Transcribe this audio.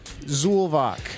Zulvok